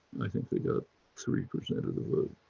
i think they got three percent of the vote.